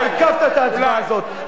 אתה עיכבת את ההצבעה הזאת,